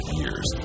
years